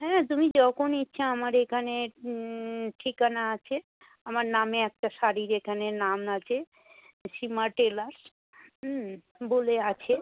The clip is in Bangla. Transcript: হ্যাঁ তুমি যখন ইচ্ছা আমার এখানে ঠিকানা আছে আমার নামে একটা শাড়ির এখানে নাম আছে সীমা টেলার্স হুম বলে আছে